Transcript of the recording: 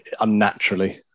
unnaturally